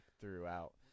throughout